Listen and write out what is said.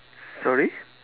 sorry